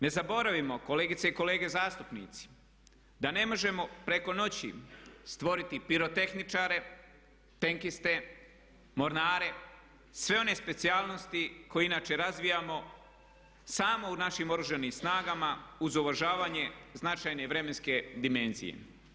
Ne zaboravimo kolegice i kolege zastupnici da ne možemo preko noći stvoriti pirotehničare, tenkiste, mornare, sve one specijalnosti koje inače razvijamo samo u našim Oružanim snagama uz uvažavanje značajne vremenske dimenzije.